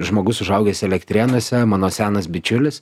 žmogus užaugęs elektrėnuose mano senas bičiulis